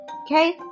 Okay